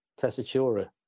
tessitura